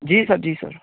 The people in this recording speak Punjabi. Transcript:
ਜੀ ਸਰ ਜੀ ਸਰ